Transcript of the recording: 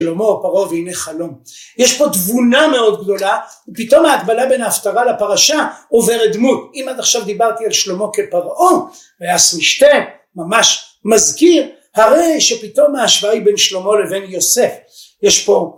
שלמה או פרעה והנה חלום. יש פה תבונה מאוד גדולה ופתאום ההקבלה בין ההפטרה לפרשה עוברת דמות אם עד עכשיו דיברתי על שלמה כפרעה ואז משתה ממש מזכיר הרי שפתאום ההשוואה היא בין שלמה לבין יוסף. יש פה...